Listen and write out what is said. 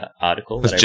article